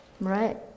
Right